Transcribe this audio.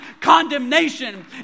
condemnation